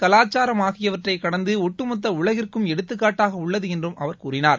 கலாச்சாரம் ஆகியவற்றைக் கடந்து ஒட்டுமொத்த உலகிற்கும் எடுத்துக்காட்டாக உள்ளது என்றும் அவர் கூறினார்